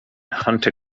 hunter